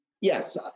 Yes